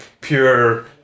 pure